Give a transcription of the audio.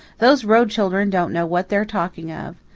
those road children don't know what they're talking of.